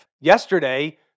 Yesterday